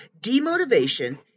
Demotivation